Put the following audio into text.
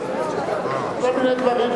כל מיני דברים,